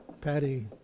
patty